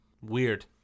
Weird